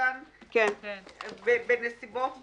כאן את המילים "באופן שיטתי" "ובנסיבות מחמירות,